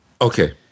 Okay